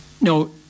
no